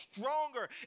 stronger